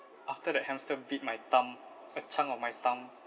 after that hamster bit my thumb a chunk of my thumb